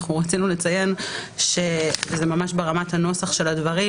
אנחנו רצינו לציין - זה ממש ברמת הנוסח של הדברים